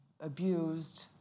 abused